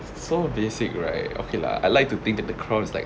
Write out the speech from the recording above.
so basic right okay lah I like to think that the crown is like